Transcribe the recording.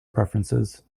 preferences